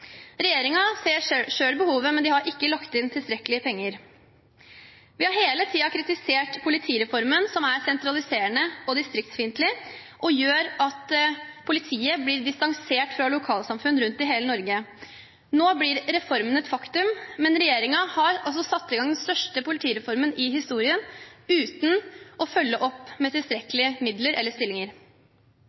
behovet, men de har ikke lagt inn tilstrekkelig med penger. Vi har hele tiden kritisert politireformen, som er sentraliserende og distriktsfiendtlig, og som gjør at politiet blir distansert fra lokalsamfunn rundt i hele Norge. Nå blir reformen et faktum, men regjeringen har satt i gang den største politireformen i historien uten å følge opp med tilstrekkelig midler eller stillinger.